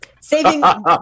Saving